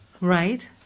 Right